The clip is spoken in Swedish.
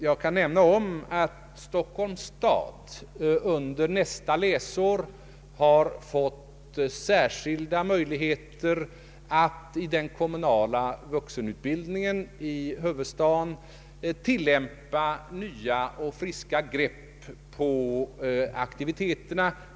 Jag kan nämna, att Stockholms stad under nästa läsår har fått särskilda möjligheter att i den kommunala vuxenutbildningen i huvudstaden tillämpa nya och friska grepp på aktiviteterna.